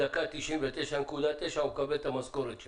בדקה ה-99.9 הוא מקבל את המשכורת שלו,